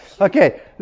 Okay